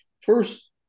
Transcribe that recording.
first